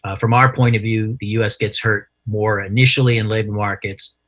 ah from our point of view, the u s. gets hurt more initially in labor markets,